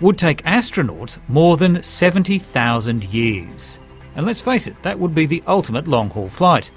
would take astronauts more than seventy thousand years and, let's face it, that would be the ultimate long-haul flight.